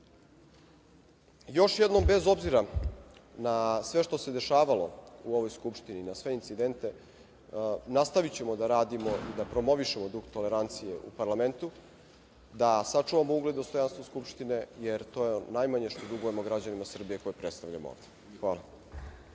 jednom, bez obzira na sve što se dešavalo u ovoj Skupštini, na sve incidente, nastavićemo da radimo i da promovišemo duh tolerancije u parlamentu, da sačuvamo ugled i dostojanstvo Skupštine, jer to je najmanje što dugujemo građanima Srbije koje predstavljamo ovde. Hvala.